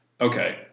Okay